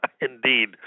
Indeed